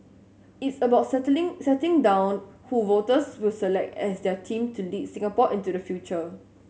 it's about settling setting down who voters will select as their team to lead Singapore into the future